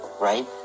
right